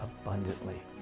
abundantly